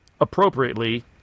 appropriately